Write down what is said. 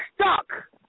stuck